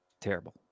Terrible